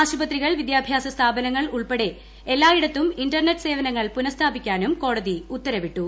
ആശുപത്രികൾ വിദ്യാഭ്യാസ സ്ഥാപനങ്ങൾ ഉൾപ്പെടെ എല്ലായിടത്തും ഇന്റർനെറ്റ് സേവനങ്ങൾ പുനഃസ്ഥാപിക്കാനും കോടതി ഉത്തരവിട്ടു